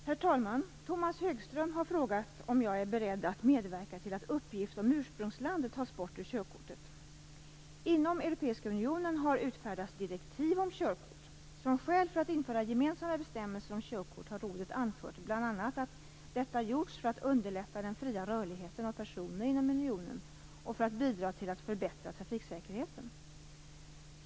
Herr talman! Tomas Högström har frågat mig om jag är beredd att medverka till att uppgift om ursprungsland tas bort ur körkortet. Inom Europeiska unionen har utfärdats direktiv om körkort. Som skäl för att införa gemensamma bestämmelser om körkort har rådet anfört bl.a. att detta har gjorts för att underlätta den fria rörligheten av personer inom unionen och för att bidra till att förbättra trafiksäkerheten.